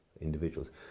individuals